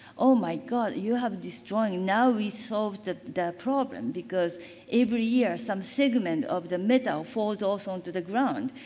oh my god, you have this drawing. now we solve the the problem. because every year, some segment segment of the metal falls on to the ground.